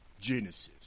Genesis